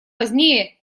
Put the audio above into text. позднее